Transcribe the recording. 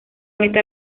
está